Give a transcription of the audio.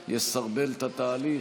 זה יסרבל את התהליך.